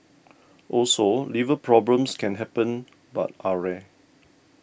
also liver problems can happen but are rare